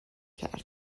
کردن